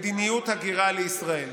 מדיניות הגירה לישראל.